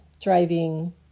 driving